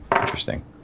Interesting